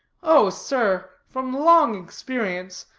oh, sir, from long experience,